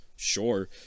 Sure